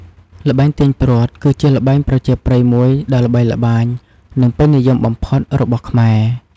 ល្បែងទាញព្រ័ត្រ គឺជាល្បែងប្រជាប្រិយមួយដ៏ល្បីល្បាញ និងពេញនិយមបំផុតរបស់ខ្មែរ។